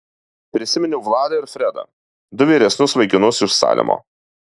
prisiminiau vladą ir fredą du vyresnius vaikinus iš salemo